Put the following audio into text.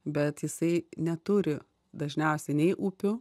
bet jisai neturi dažniausiai nei upių